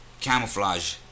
Camouflage